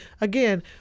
again